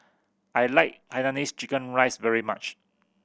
I like hainanese chicken rice very much